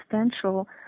substantial